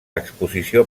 exposició